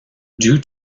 due